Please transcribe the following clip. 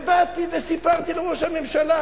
ובאתי וסיפרתי לראש הממשלה.